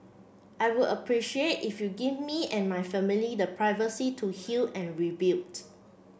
I would appreciate if you give me and my family the privacy to heal and rebuild